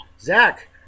Zach